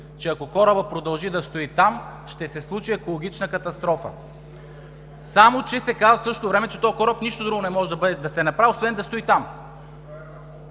че ако корабът продължи да стои там, ще се случи екологична катастрофа. Само че в същото време се казва, че за този кораб нищо друго не може да се направи, освен да стои там.